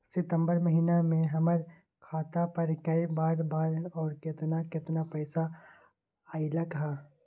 सितम्बर महीना में हमर खाता पर कय बार बार और केतना केतना पैसा अयलक ह?